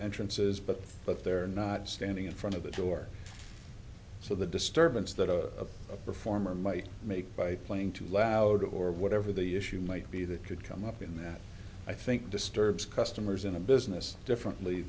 entrances but but they're not standing in front of the door so the disturbance that of a performer might make by playing too loud or whatever the issue might be that could come up in that i think disturbs customers in a business differently